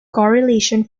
correlation